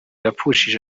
yapfushije